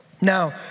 Now